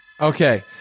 Okay